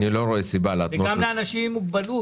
וגם לאנשים עם מוגבלות.